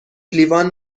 لیوان